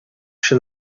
się